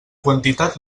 quantitat